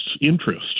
interest